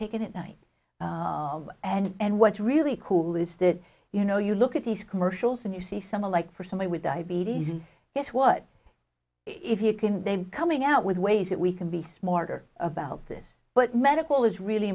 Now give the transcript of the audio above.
take it at night and what's really cool is that you know you look at these commercials and you see someone like for somebody with diabetes and guess what if you can they coming out with ways that we can be smarter about this but medical is really